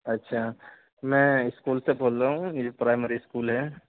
اچھا میں اسکول سے بول رہا ہوں یہ پرائمری اسکول ہے